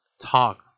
talk